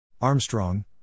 Armstrong